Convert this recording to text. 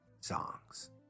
songs